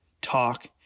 talk